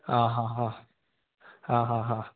ആഹ് ഹാ ഹാ